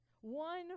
one